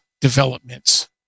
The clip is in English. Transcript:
developments